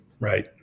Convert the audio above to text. right